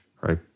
right